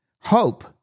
Hope